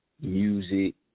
music